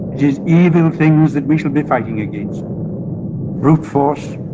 is evil things that we shall be fighting against brute force,